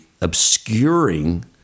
obscuring